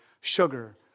sugar